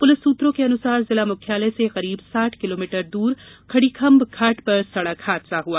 police सुत्रों के अनुसार जिला मुख्यालय से करीब साठ किलोमीटर दूर खडीखंभ घाट पर सड़क हादसा हुआ